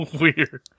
weird